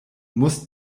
musst